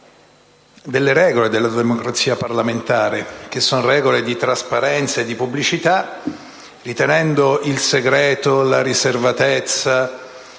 delle regole della democrazia parlamentare, che sono regole di trasparenza e pubblicità, ritenendo il segreto, la riservatezza